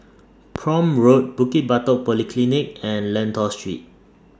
Prome Road Bukit Batok Polyclinic and Lentor Street